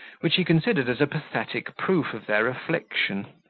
which he considered as a pathetic proof of their affliction,